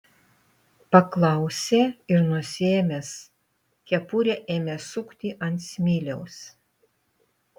paklausė ir nusiėmęs kepurę ėmė sukti ant smiliaus